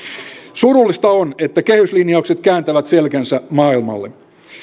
surullista on että kehyslinjaukset kääntävät selkänsä maailmalle